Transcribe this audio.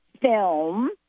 film